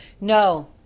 No